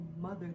mother